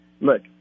look